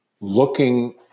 looking